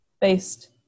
based